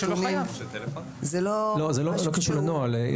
לא, זה לא קשור לנוהל.